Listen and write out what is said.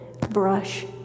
Brush